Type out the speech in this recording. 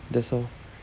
that's all